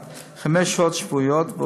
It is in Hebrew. חמש שעות שבועיות,